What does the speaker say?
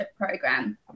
program